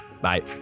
Bye